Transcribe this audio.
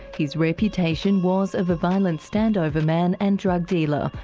his reputation was of a violent standover man and drug dealer.